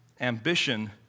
ambition